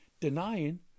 denying